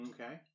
Okay